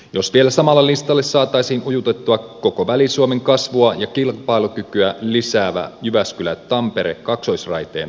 jos vielä samalle listalle saataisiin ujutettua koko väli suomen kasvua ja kilpailukykyä lisäävä jyväskylätampere kaksoisraiteen